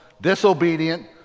disobedient